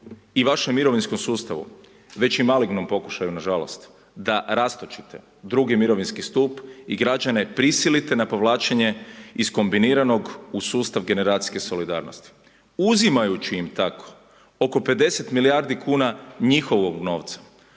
i vašem mirovinskom sustavu već i malignom pokušaju na žalost, da rastočite drugi mirovinski stup i građane prisilite na povlačenje iz kombiniranog u sustav generacijske solidarnosti. Uzimajući im tako oko 50 milijardi kuna njihovog novca